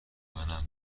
منم